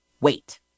Wait